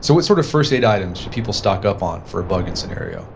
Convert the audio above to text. so what sort of first aid items should people stock up on for a bug-in scenario